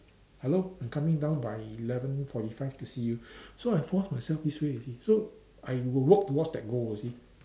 hello I'm coming down by eleven forty five to see you so I force myself this way you see so I will walk towards the goal you see